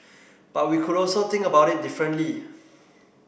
but we could also think about it differently